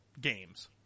games